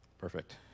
Perfect